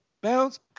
Bounce